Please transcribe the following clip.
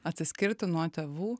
atsiskirti nuo tėvų